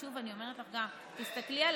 ושוב אני אומרת לך, תסתכלי על